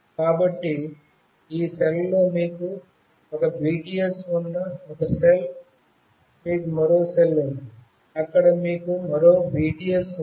కాబట్టి ఈ సెల్లో మీకు ఒక బిటిఎస్ ఉన్న ఒక సెల్ మీకు మరో సెల్ ఉంది అక్కడ మీకు మరో బిటిఎస్ ఉంది